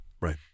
Right